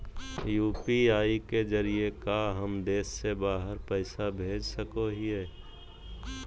UPI के जरिए का हम देश से बाहर पैसा भेज सको हियय?